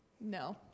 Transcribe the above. no